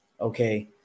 okay